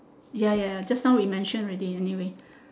ya ya just now we mention already anyway